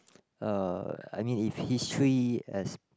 uh I mean if history has